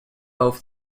both